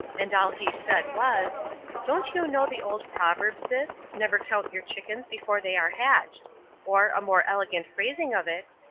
and all he said was don't you know the old proverb, sis never count your chickens before they are hatched or, a more elegant phrasing of it,